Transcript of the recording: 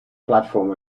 platform